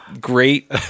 great